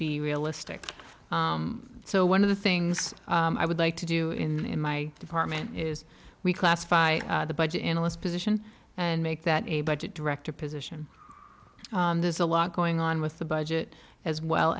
be realistic so one of the things i would like to do in my department is we classify the budget in a list position and make that a budget director position there's a lot going on with the budget as well